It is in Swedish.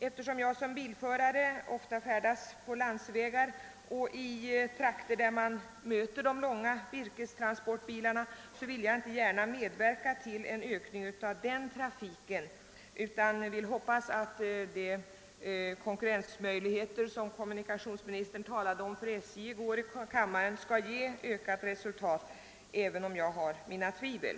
Eftersom jag som bilförare ofta färdas på landsvägar och i trakter, där man möter de långa yrkestransportbilarna, vill jag inte gärna medverka till en ökning av den trafiken, utan hoppas att de konkurrensmöjligheter för SJ som kommunikationsministern i går talade om här i kammaren skall ge reslutat, även om jag har mina tvivel.